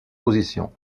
positions